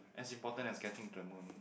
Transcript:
as important as getting to the moon